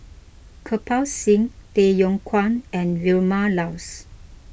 Kirpal Singh Tay Yong Kwang and Vilma Laus